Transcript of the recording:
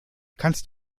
kannst